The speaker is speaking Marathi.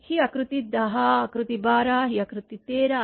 ही आकृती १० आकृती १२ ही आकृती १३ आहे